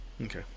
Okay